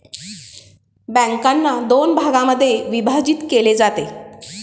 बँकांना दोन भागांमध्ये विभाजित केले जाते